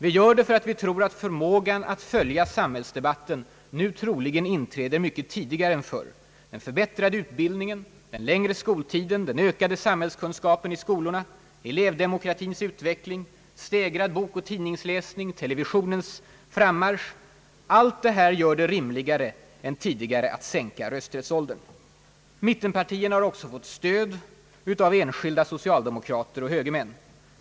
Vi gör det därför att vi tror att förmågan att följa samhällsdebatten nu inträder mycket tidigare än förr. Den förbättrade utbildningen, den längre skoltiden, den ökade samhällskunskapen i skolorna, elevdemokratins utveckling, ökad bokoch tidningsläsning, televisionens frammarsch — allt detta gör det rimligare än tidigare att sänka rösträttsåldern. Mittenpartierna har också fått stöd av enskilda socialdemokrater och högermän.